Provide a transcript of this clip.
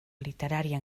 literària